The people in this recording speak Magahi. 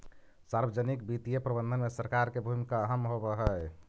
सार्वजनिक वित्तीय प्रबंधन में सरकार के भूमिका अहम होवऽ हइ